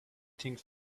things